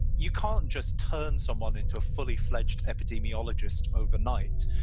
you can't just turn someone into a fully fledged epidemiologist overnight,